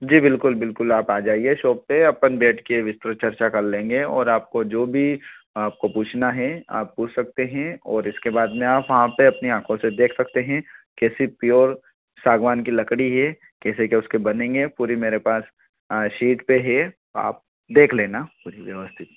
जी बिल्कुल बिल्कुल आप आ जाइए शॉप पर अपन बैठ कर विस्तृत चर्चा कल लेंगे और आपको जो भी आपको पूछना है आप पूछ सकते हैं और उसके बाद में आप वहाँ पर अपनी आँखो से देख सकते हैं कैसी प्योर सागवान की लकड़ी है कैसे क्या उसके बनेंगे पूरी मेरे पास शीट पर है आप देख लेना पूरी व्यवस्था